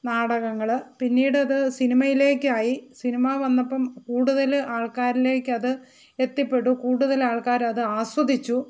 നാടകങ്ങൾ പിന്നീട് അത് സിനിമയിലേയ്ക്ക് ആയി സിനിമ വന്നപ്പം കൂടുതൽ ആൾക്കാരിലേക്ക് അത് എത്തിപ്പെട്ടു കൂടുതൽ ആൾക്കാർ അത് ആസ്വദിച്ചു